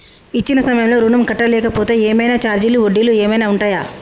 ఇచ్చిన సమయంలో ఋణం కట్టలేకపోతే ఏమైనా ఛార్జీలు వడ్డీలు ఏమైనా ఉంటయా?